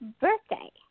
birthday